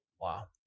Wow